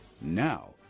now